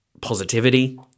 positivity